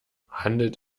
handelt